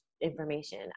information